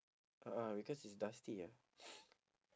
a'ah because it's dusty ah